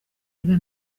iba